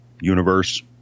universe